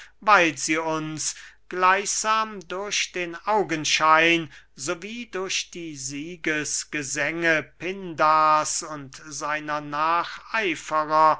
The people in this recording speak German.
weil sie uns gleichsam durch den augenschein so wie durch die siegesgesänge pindars und seiner nacheiferer